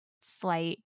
slight